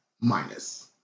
minus